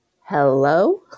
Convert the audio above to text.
hello